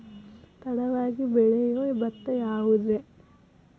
ತಡವಾಗಿ ಬೆಳಿಯೊ ಭತ್ತ ಯಾವುದ್ರೇ?